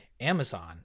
Amazon